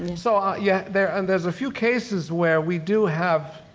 and so ah yeah there's and there's a few cases where we do have,